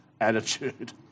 attitude